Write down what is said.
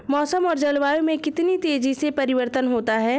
मौसम और जलवायु में कितनी तेजी से परिवर्तन होता है?